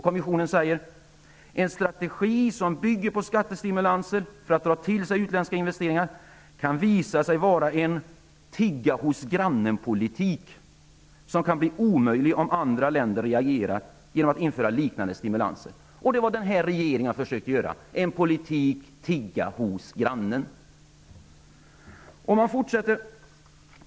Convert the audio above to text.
Kommissionen menar att en strategi som bygger på skattestimulanser för att dra till sig investeringar kan visa sig vara en tiggahos-grannen-politik, som blir omöjlig om andra länder reagerar genom att införa liknande stimulanser. Det är vad denna regering har försökt genomföra -- en tigga-hos-grannen-politik.